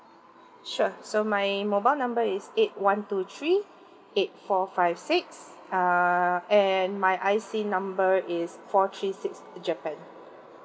sure so my mobile number is eight one two three eight four five six uh and my I_C number is four three six japan